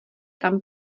tam